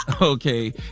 okay